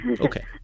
Okay